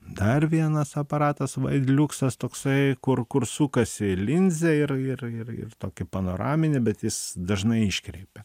dar vienas aparatas vaidliuksas toksai kur kur sukasi linzė ir ir ir ir tokį panoraminį bet jis dažnai iškreipia